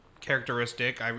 characteristic